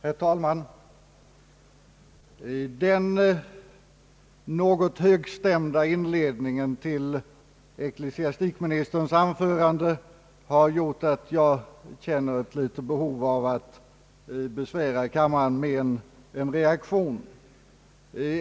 Herr talman! Den något högstämda inledningen till ecklesiastikministerns anförande har gjort att jag känner ett behov av att besvära kammaren med en reaktion.